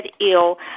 ill